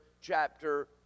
chapter